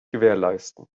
gewährleisten